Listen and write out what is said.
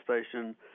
station